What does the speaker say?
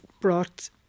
brought